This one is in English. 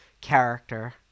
character